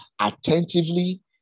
attentively